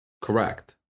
Correct